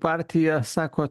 partija sako